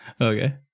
Okay